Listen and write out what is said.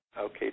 Okay